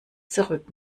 zurück